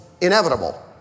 inevitable